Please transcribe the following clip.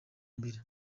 mbere